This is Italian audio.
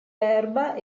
erba